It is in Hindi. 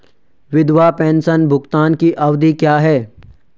विधवा पेंशन भुगतान की अवधि क्या है?